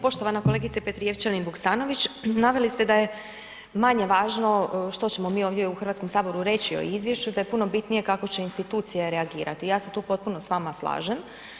Poštovana kolegice Petrijevčanin Vuksanović, naveli ste da je manje važno što ćemo mi ovdje u HS reći o izvješću, da je puno bitnije kako će institucije reagirati, ja se tu potpuno s vama slažem.